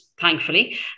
thankfully